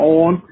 on